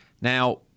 Now